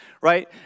right